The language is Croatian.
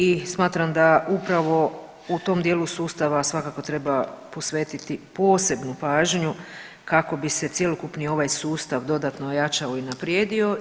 I smatram da upravo u tom dijelu sustava svakako treba posvetiti posebnu pažnju kako bi se cjelokupni ovaj sustav dodatno ojačao i unaprijedio.